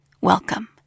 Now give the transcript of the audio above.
Welcome